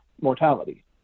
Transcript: mortality